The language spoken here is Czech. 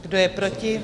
Kdo je proti?